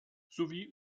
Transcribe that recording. sowie